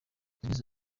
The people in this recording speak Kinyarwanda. yagize